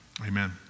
amen